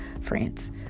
france